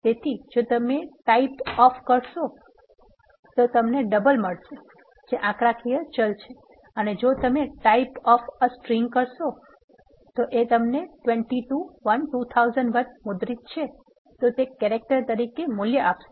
તેથી જો તમે ટાઇપ ઓફ કરશો તમને ડબલ મળશે જે આંકડાકીય ચલ છે અને જો તમે ટાઇપ ઓફ એ સ્ટ્રિન્ગ કરશો જે 22 1 2001 મુદ્રિત છે તો તે કેરેક્ટર તરીકે મૂલ્ય આપશે